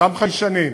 אותם חיישנים,